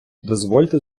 дозвольте